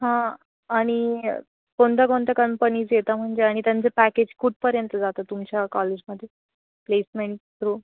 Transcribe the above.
हां आणि कोणत्या कोणत्या कंपनीज येता म्हणजे आणि त्यांचं पॅकेज कुठपर्यंत जातं तुमच्या कॉलेजमध्ये प्लेसमेंट थ्रू